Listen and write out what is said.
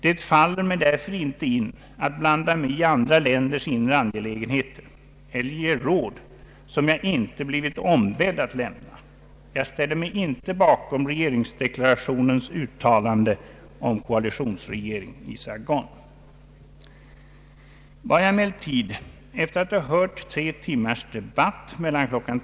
Det faller mig därför inte in att blanda mig i andra länders inre angelägenheter eller ge råd som jag inte blivit ombedd att lämna. Jag ställer mig inte bakom regeringsdeklarationens uttalande om koalitionsregering i Saigon. Vad jag emellertid efter att ha hört tre timmars debatt — mellan kl.